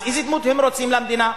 אז איזה דמות הם רוצים למדינה?